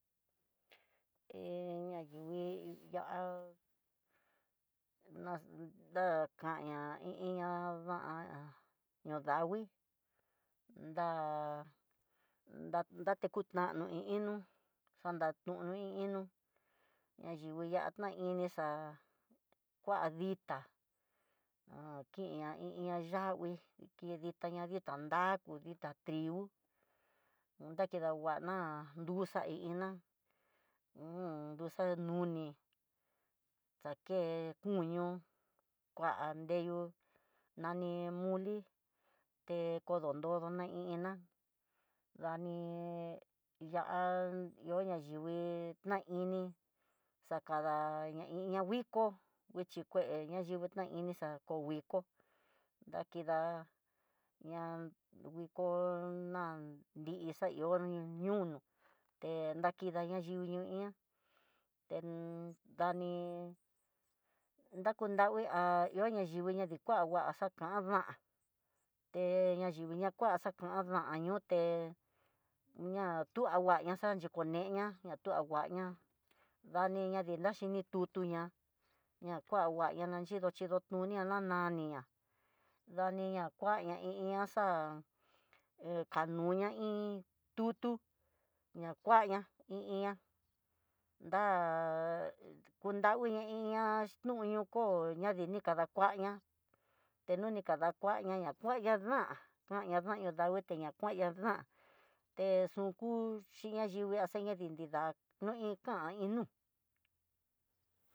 He ñaniñe ya'a na daxa kaña i iin ña da'á, ñoo danguii, da datekutano i inó xanatuno iin inó ña yingui ya'á xa ini xa kua ditá ha kiña i iin ña yangui ii n itá ndaku dita trigo, hon nakedan guana duxa iná h duxa noni, take koño nda reyú kuñu nani mole, te kodonrodona iná dani lia yoo ayivii, na ini xakada ña iin ña viko nguixhi kue vixhi ña ini ne xa ku viko ta kida ña'á nguiko nan ti ixa koño niúno, te nakida nayivii ño ian h dani dakunravi há ihó na yuna ni kuá kuaxa kuan na'a nre rayiviña kuan xa kuan da ñote ña ku angua ña xa yuku ñeña natu ngua ñaña dani ni naxi ña ni tuña na kangua ña daxhinontuña ña nananiña dani na kuaña iñaá ñaxa kanuña iin tutu ña kuaña i iin ña da kudaguiña i iin ña na xhunió ko ñadikani kadakuaña teno ni kadakuañaña kuanña dan kuaña dan tuñadikuña kuaña dan te xhu ku xhiña yivii xaña dinda noi kan iin nú.